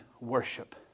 worship